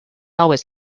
always